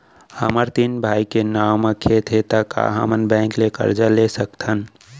हमर तीन भाई के नाव म खेत हे त का हमन बैंक ले करजा ले सकथन?